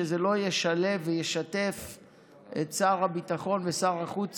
שזה ישלב וישתף את שר הביטחון ושר החוץ?